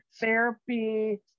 therapy